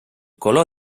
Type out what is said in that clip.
color